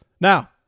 Now